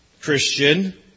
Christian